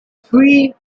three